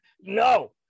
no